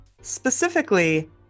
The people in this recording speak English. Specifically